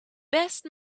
best